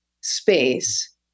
space